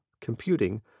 computing